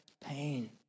pain